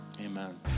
amen